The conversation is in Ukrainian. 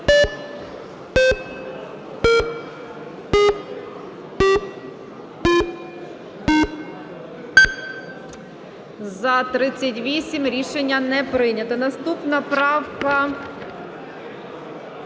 За-38 Рішення не прийнято. Наступна правка